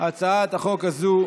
הצעת החוק הזאת לא נתקבלה.